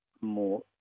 more